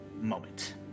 moment